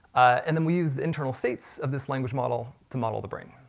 and then we used the internal states of this language model, to model the brain.